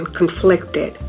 conflicted